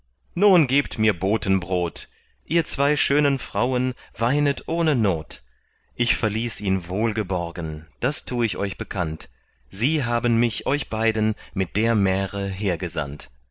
nun gebt mir botenbrot ihr zwei schönen frauen weinet ohne not ich verließ ihn wohlgeborgen das tu ich euch bekannt sie haben mich euch beiden mit der märe hergesandt